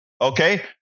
Okay